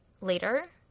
later